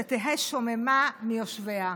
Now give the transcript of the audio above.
שתהא שוממה מיושביה.